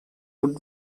would